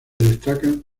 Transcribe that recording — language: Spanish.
destacan